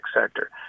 sector